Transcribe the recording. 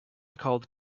called